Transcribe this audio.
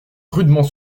rudement